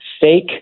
fake